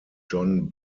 john